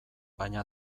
baina